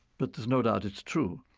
but there's no doubt it's true.